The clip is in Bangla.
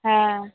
হ্যাঁ